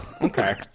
Okay